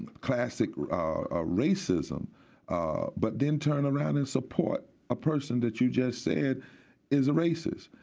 classic ah ah racism but then turned around and support a person that you just said is a racist.